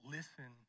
Listen